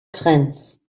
trends